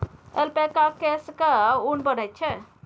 ऐल्पैकाक केससँ ऊन बनैत छै